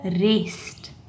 rest